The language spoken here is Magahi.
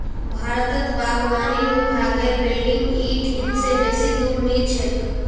भारतत बागवानी विभागेर बिल्डिंग इ ठिन से बेसी दूर नी छेक